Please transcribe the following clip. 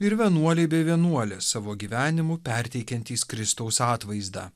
ir vienuoliai bei vienuolės savo gyvenimu perteikiantys kristaus atvaizdą